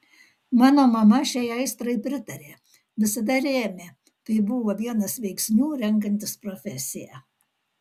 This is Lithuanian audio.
mano mama šiai aistrai pritarė visada rėmė tai buvo vienas veiksnių renkantis profesiją